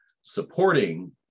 supporting